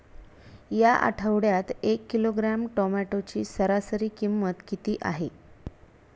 या आठवड्यात एक किलोग्रॅम टोमॅटोची सरासरी किंमत किती आहे?